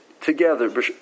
together